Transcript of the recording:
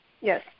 Yes